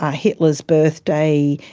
ah hitler's birthday,